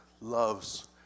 loves